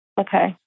Okay